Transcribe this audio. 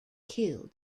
killed